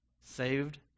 saved